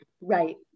right